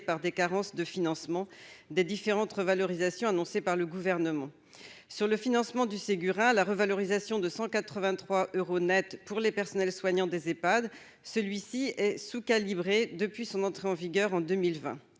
par des carences de financement des différentes revalorisations annoncées par le gouvernement sur le financement du Ségura la revalorisation de 183 euros Net pour les personnels soignants des Epad : celui-ci est sous-calibrée depuis son entrée en vigueur en 2020